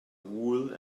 wool